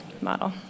model